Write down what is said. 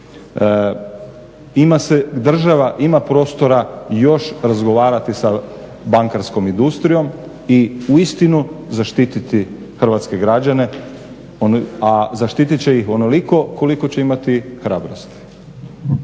Ima se, država ima prostora još razgovarati sa bankarskom industrijom i uistinu zaštititi hrvatske građane, a zaštitit će ih onoliko koliko će imati hrabrosti.